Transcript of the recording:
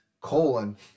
colon